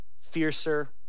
fiercer